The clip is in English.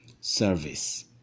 service